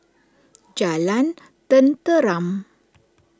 Jalan Tenteram